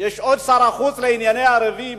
יש עוד שר החוץ לענייני ערבים,